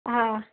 हां